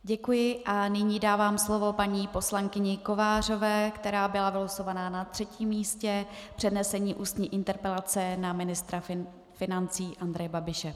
Děkuji a nyní dávám slovo paní poslankyni Kovářové, která byla vylosována na třetím místě, k přednesení ústní interpelace na ministra financí Andreje Babiše.